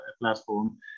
platform